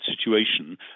situation